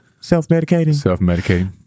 Self-medicating